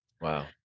Wow